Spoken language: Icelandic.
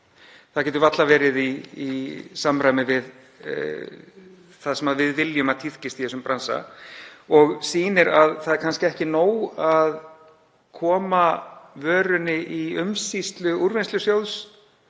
Það getur varla verið í samræmi við það sem við viljum að tíðkist í þessum bransa og sýnir að kannski er ekki nóg að koma vörunni í umsýslu Úrvinnslusjóðs,